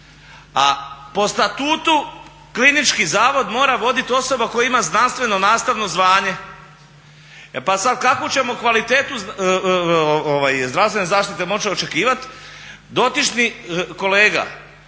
A po statutu klinički zavod mora voditi osoba koja ima znanstveno-nastavno zvanje. E pa sada kakvu ćemo kvalitetu zdravstvene zaštite moći očekivati dotični kolega